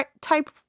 type